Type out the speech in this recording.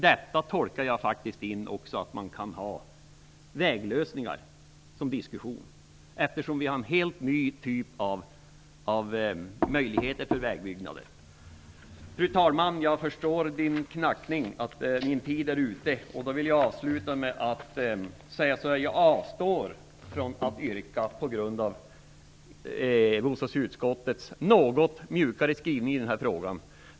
Detta tolkar jag faktiskt så, att man också kan diskutera väglösningar, eftersom vi har en helt ny typ av möjligheter till vägbyggnad. Fru talman! Jag förstår av knackningen i talmansbordet att min tid är ute. Jag vill då avsluta med att säga att jag avstår från att ställa något yrkande på grund av bostadsutskottets något mjukare skrivning i den här frågan.